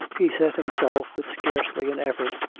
he set himself, with scarcely an effort,